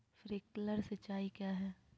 Sprinkler सिंचाई क्या है?